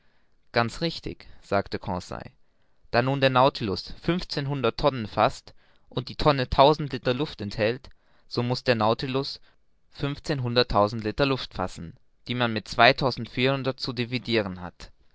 ganz richtig sagte conseil da nun der nautilus fünfzehnhundert tonnen faßt und die tonne tausend liter enthält so muß der nautilus fünfzehnhunderttausend liter luft fassen die man mit zweitausendvierhundert zu dividiren hat